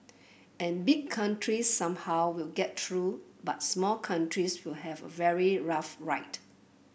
and big countries somehow will get through but small countries will have a very rough ride